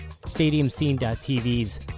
StadiumScene.tv's